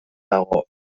dago